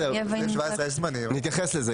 נתייחס לזה.